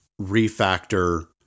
refactor